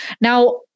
Now